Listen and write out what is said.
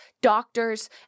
doctors